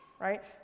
right